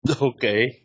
Okay